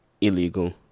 Illegal